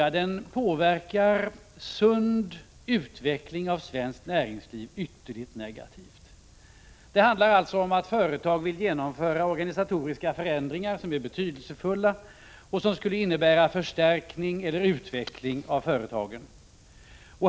Det förhållande jag har pekat på motverkar i hög grad en sund utveckling av svenskt näringsliv. Det handlar alltså om att företag vill genomföra organisatoriska förändringar som är betydelsefulla och som skulle innebära en förstärkning eller utveckling av företagen.